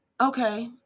okay